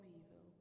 evil